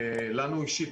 לנו אישית,